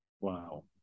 Wow